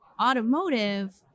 automotive